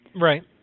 right